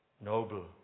noble